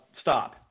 stop